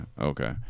okay